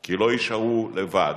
כי לא יישארו לבד,